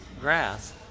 grass